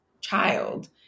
child